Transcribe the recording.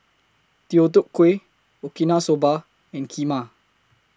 Deodeok Gui Okinawa Soba and Kheema